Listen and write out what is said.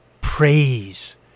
praise